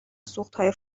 سوختهای